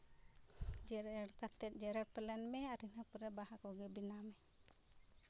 ᱡᱮᱨᱮᱲ ᱠᱟᱛᱮᱫ ᱡᱮᱨᱮᱲ ᱯᱞᱮᱱ ᱢᱮ ᱟᱨ ᱤᱱᱟᱹ ᱯᱚᱨᱮ ᱵᱟᱦᱟ ᱠᱚᱜᱮ ᱵᱮᱱᱟᱣ ᱢᱮ